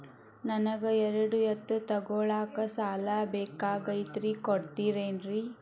ನನಗ ಎರಡು ಎತ್ತು ತಗೋಳಾಕ್ ಸಾಲಾ ಬೇಕಾಗೈತ್ರಿ ಕೊಡ್ತಿರೇನ್ರಿ?